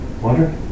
water